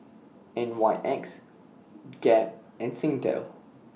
N Y X Gap and Singtel